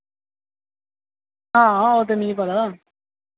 हां ओह् ते मी पता